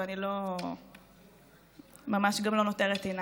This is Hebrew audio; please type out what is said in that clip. ואני גם ממש לא נוטרת טינה,